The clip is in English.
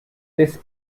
this